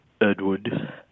Edward